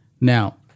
Now